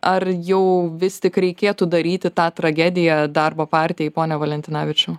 ar jau vis tik reikėtų daryti tą tragediją darbo partijai pone valentinavičiau